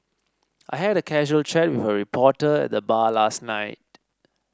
I had a casual chat with a reporter at the bar last night